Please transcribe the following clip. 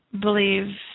believe